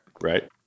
Right